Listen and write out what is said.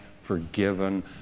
forgiven